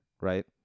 right